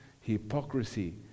Hypocrisy